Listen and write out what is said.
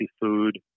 food